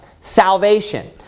salvation